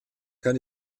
kann